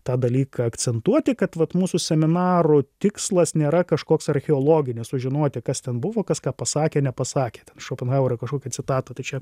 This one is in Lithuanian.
tą dalyką akcentuoti kad vat mūsų seminarų tikslas nėra kažkoks archeologinis sužinoti kas ten buvo kas ką pasakė nepasakė ten šopenhauerio kažkokią citatą tai čia